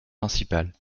principales